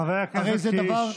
חבר הכנסת קיש.